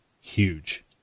huge